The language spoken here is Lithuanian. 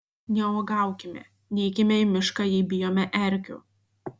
neuogaukime neikime į mišką jei bijome erkių